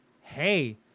hey